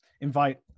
invite